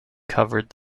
covered